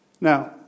Now